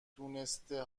دونسته